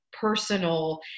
personal